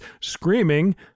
screaming